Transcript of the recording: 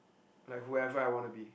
like whoever I wanna be